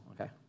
okay